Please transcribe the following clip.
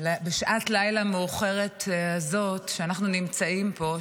בשעת הלילה המאוחרת הזאת שאנחנו נמצאים פה,